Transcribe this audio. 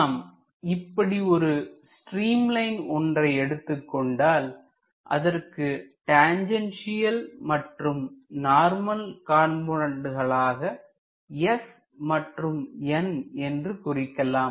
நாம் இப்படி ஒரு ஸ்ட்ரீம் லைன் ஒன்றை எடுத்துக்கொண்டால் அதற்கு டான்ஜென்சியல் மற்றும் நார்மல் காம்பௌண்ட்களை s மற்றும் n என்று குறிக்கலாம்